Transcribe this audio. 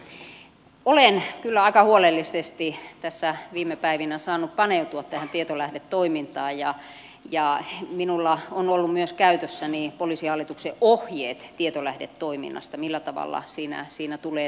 olen kyllä aika huolellisesti tässä viime päivinä saanut paneutua tähän tietolähdetoimintaan ja minulla on ollut käytössäni myös poliisihallituksen ohjeet tietolähdetoiminnasta ja siitä millä tavalla siinä tulee toimia